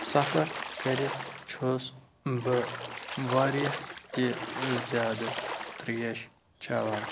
سفر کٔرِتھ چھُس بہٕ واریاہ تہِ زیادٕ ترٛیش چیٚوان